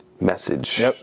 message